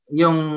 yung